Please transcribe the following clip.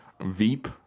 Veep